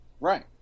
Right